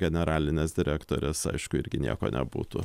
generalinės direktorės aišku irgi nieko nebūtų